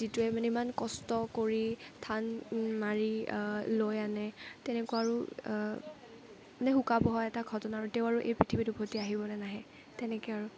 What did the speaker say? যিটোৱে মানে ইমান কষ্ট কৰি ধান মাৰি লৈ আনে তেনেকুৱা আৰু এনে শোকাৱহ এটা ঘটনা তেওঁ আৰু এই পৃথিৱীত উভতি আহিব নে নাহে তেনেকে আৰু